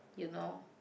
you know